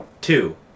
Two